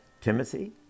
Timothy